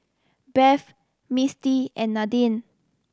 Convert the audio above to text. Beth Misty and Nadine